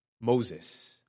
Moses